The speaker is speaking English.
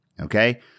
Okay